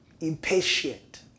impatient